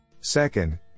Second